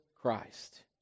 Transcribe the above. Christ